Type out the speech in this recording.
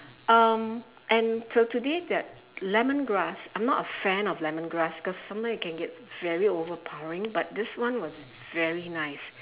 um and till today that lemongrass I'm not a fan of lemongrass cause sometimes it can get very overpowering but this one was very nice